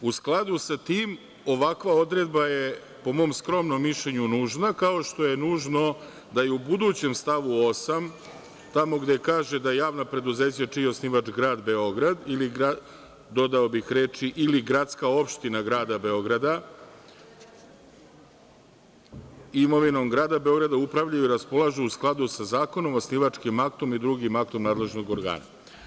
U skladu sa tim, ovakva odredba je po mom skromnom mišljenju nužna, kao što je nužno da i u budućem stavu 8, tamo gde kaže da javna preduzeća, čiji je osnivač grad Beograd, dodao bih reči „ili gradska opština“ grada Beograda, imovinom grada Beograda upravljaju, raspolažu u skladu sa zakonom, osnivačkim aktom i drugim aktom nadležnog organa.